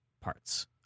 parts